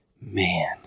Man